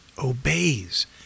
obeys